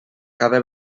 cada